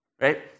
right